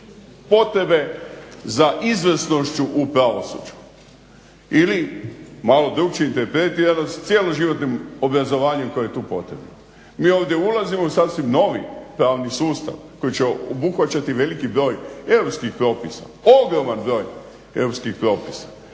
potrebe za izvrsnošću u pravosuđu ili malo drukčije interpretirano s cjeloživotnim obrazovanjem koje je tu potrebno. Mi ovdje ulazimo u sasvim novi pravni sustav koji će obuhvaćati veliki broj europskih propisa, ogroman broj europskih propisa